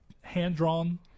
hand-drawn